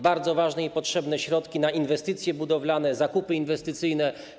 Bardzo ważne i potrzebne są też środki na inwestycje budowlane, zakupy inwestycyjne.